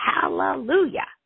Hallelujah